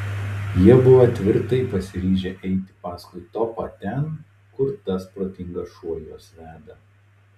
jie buvo tvirtai pasiryžę eiti paskui topą ten kur tas protingas šuo juos veda